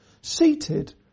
seated